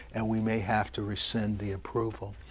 and we may have to rescind the approval.